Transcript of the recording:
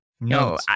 No